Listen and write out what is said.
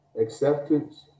acceptance